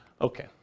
Okay